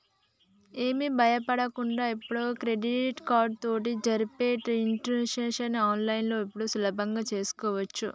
ఏమి భయపడకు ఇప్పుడు క్రెడిట్ కార్డు తోటి జరిపే ట్రాన్సాక్షన్స్ ని ఆన్లైన్లో ఇప్పుడు సులభంగా చేసుకోవచ్చు